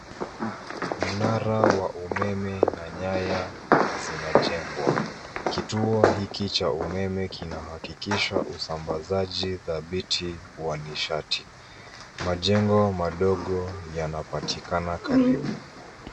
Mnara wa umeme na nyaya zinajengwa. Kituo hiki cha umeme kinahakikisha usambazaji dhabiti wa nishati. Majengo madogo yanapatikana karibu.